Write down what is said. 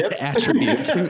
attribute